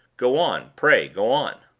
go on pray go on.